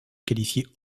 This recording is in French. qualifiée